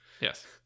Yes